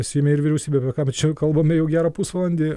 seime ir vyriausybėj apie ką mes čia ir kalbam jau gerą pusvalandį